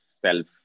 self